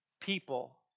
people